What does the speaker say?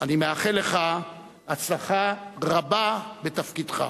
אני מאחל לך הצלחה רבה בתפקידך.